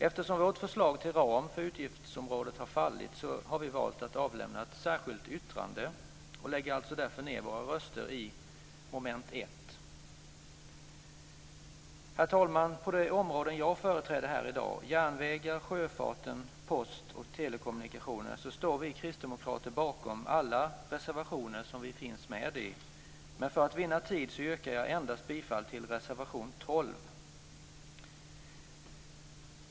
Eftersom vårt förslag till ram för utgiftsområdet har fallit har vi valt att avlämna ett särskilt yttrande och lägger alltså därför ned våra röster i fråga om mom. 1. Herr talman! På de områden jag företräder här i dag, dvs. järnvägar, sjöfart, post och telekommunikationer, står vi kristdemokrater bakom alla de reservationer som vi är med om, men för att vinna tid yrkar jag bifall endast till reservation nr 12.